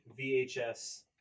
VHS